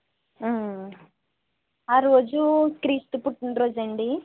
ఆరోజు క్రీస్తు పుట్టిన రోజా అండి